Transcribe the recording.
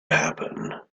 happen